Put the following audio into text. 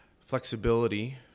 flexibility